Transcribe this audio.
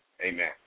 Amen